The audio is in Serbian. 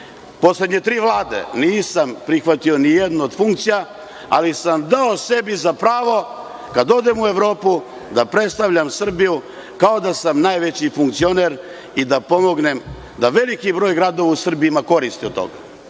poslednje tri Vlade. Nisam prihvatio nijednu od funkcija, ali sam dao sebi za pravo kada odem u Evropu, da predstavljam Srbiju kao da sam najveći funkcioner i da pomognem da veliki broj gradova u Srbiji ima koristi od toga.